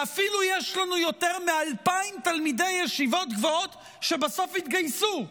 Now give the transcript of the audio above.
ואפילו יש לנו יותר מ-2,000 תלמידי ישיבות גבוהות שבסוף יתגייסו,